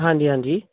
ਹਾਂਜੀ ਹਾਂਜੀ